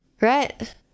right